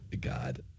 God